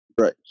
Right